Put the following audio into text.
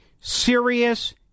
serious